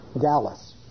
Dallas